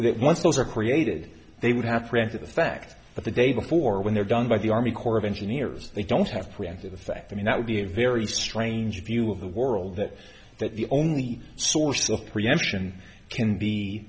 that once those are created they would have printed the fact that the day before when they're done by the army corps of engineers they don't have practive fact i mean that would be a very strange view of the world that that the only source of preemption can be